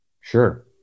sure